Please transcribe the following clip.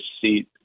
seat